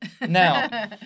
Now